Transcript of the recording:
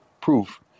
proof